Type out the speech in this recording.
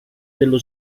dello